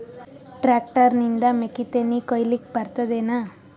Tractor ನಿಂದ ಮೆಕ್ಕಿತೆನಿ ಕೊಯ್ಯಲಿಕ್ ಬರತದೆನ?